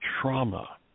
trauma